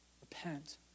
Repent